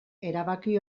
erabaki